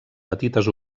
petites